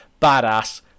badass